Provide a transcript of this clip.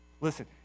Listen